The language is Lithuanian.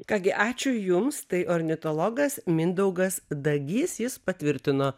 ką gi ačiū jums tai ornitologas mindaugas dagys jis patvirtino